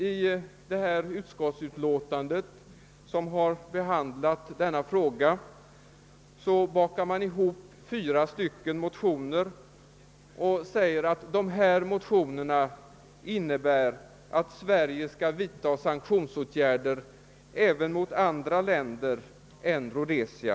I förevarande utskottsutlåtande har man bakat ihop fyra motioner, om vilka utskottet skriver att de innebär att Sverige skall vidta sanktionsåtgärder även mot länder utanför Rhodesia.